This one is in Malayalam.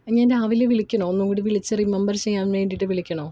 ഞാന് രാവിലെ വിളിക്കണോ ഒന്നുംകൂടി വിളിച്ച് റിമമ്പർ ചെയ്യാന് വേണ്ടിയിട്ട് വിളിക്കണോ